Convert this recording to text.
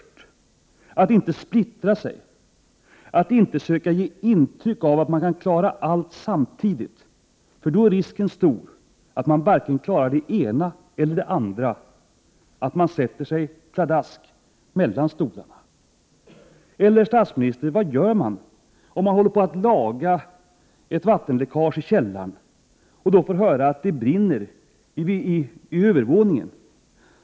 Det gäller att inte splittra sig eller att försöka ge ett intryck av att man kan klara allt samtidigt, för då är risken stor att man inte klarar vare sig det ena eller det andra. Risken är alltså stor att man sätter sig pladask mellan stolarna. Vad gör man, herr statsminister, om man håller på att laga efter ett vattenläckage i källaren och man samtidigt får höra att det brinner på övervåningen?